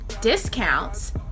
discounts